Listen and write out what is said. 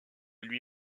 lui